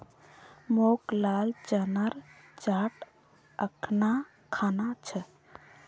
मोक लाल चनार चाट अखना खाना छ